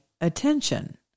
attention